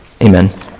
Amen